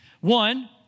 One